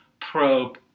probe